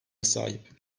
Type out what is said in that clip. sahip